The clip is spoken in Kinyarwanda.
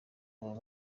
baba